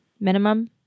minimum